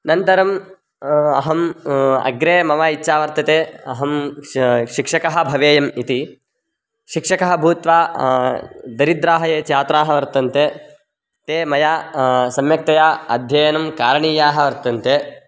अनन्तरम् अहम् अग्रे मम इच्छा वर्तते अहं शिक्षकः भवेयम् इति शिक्षकः भूत्वा दरिद्राः ये छात्राः वर्तन्ते ते मया सम्यक्तया अध्ययनं कारणीयाः वर्तन्ते